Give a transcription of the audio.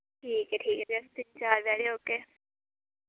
ठीक ऐ ठीक ऐ फ्ही असी चार बजे हारे औगे